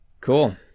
Cool